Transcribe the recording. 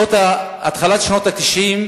בהתחלת שנות ה-90,